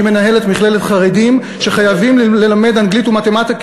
קידושין, שחייב אדם ללמד את בנו אומנות,